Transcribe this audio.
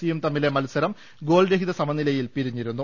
സിയും തമ്മിലെ മത്സരം ഗോൾ രഹിത സമനിലയിൽ പിരിഞ്ഞിരുന്നു